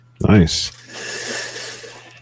Nice